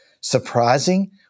surprising